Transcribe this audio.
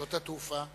בשדות התעופה.